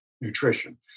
nutrition